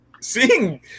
seeing